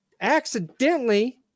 accidentally